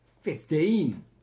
Fifteen